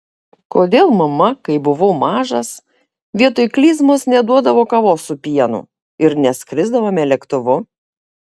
kodėl mama kai buvau mažas vietoj klizmos neduodavo kavos su pienu ir neskrisdavome lėktuvu